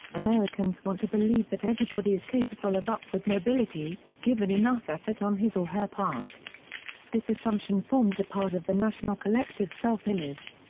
americans want to believe that everybody is capable of upward mobility, given enough effort on his or her part this assumption forms a part of the national collective self-image.